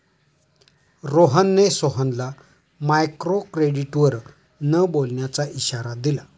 रोहनने सोहनला मायक्रोक्रेडिटवर न बोलण्याचा इशारा दिला